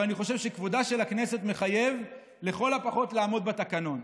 אבל אני חושב שכבודה של הכנסת מחייב לכל הפחות לעמוד בתקנון.